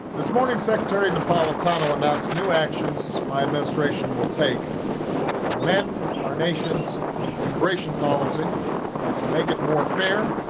this morning, secretary napolitano announced new actions my administration will take to mend our nation's immigration policy to make it more fair,